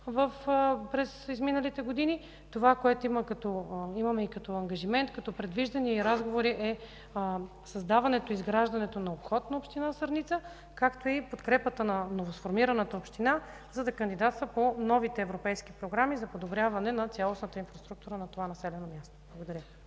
– Доспат – Сърница. Това, което имаме като ангажимент, предвиждания и разговори, е създаването и изграждането на обход на община Сърница, както и подкрепа на новосформираната община, за да кандидатства по новите европейски програми за подобряване на цялостната инфраструктура на това населено място. Благодаря